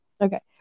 okay